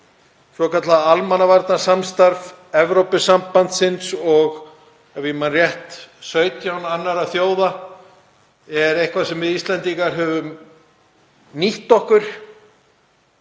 svokallað almannavarnasamstarf Evrópusambandsins og, ef ég man rétt, 17 annarra þjóða, sem er nokkuð sem við Íslendingar höfum nýtt okkur